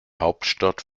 hauptstadt